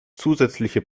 zusätzliche